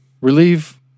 Relieve